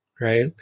right